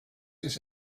ist